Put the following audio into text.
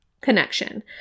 connection